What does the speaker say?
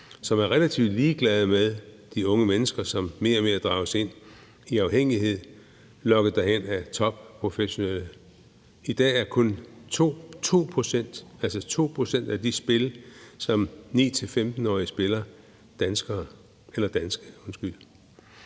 som er relativt ligeglade med de unge mennesker, som mere og mere drages ind i uafhængighed, lokket derhen af topprofessionelle. I dag er kun 2 pct. af de spil, som de 9-15-årige spiller, danske.